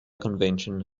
convention